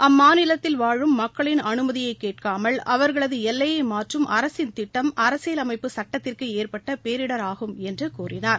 அம்மாநிலத்தில் வாழும் மக்களின் அனுமதியை கேட்காமல் அவர்களது எல்லையை மாற்றும் அரசின் திட்டம் அரசியலமைப்பு சட்டத்திற்கு ஏற்பட்ட பேரிடர் ஆகும் என்று கூறினார்